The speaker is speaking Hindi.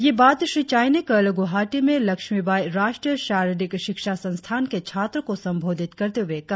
ये बात श्री चाई ने कल गुवाहाटी में लक्ष्मीबाई राष्ट्रीय शारीरिक शिक्षा संस्थान के छात्रों को संबोधित करते हुए कहा